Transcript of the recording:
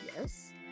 Yes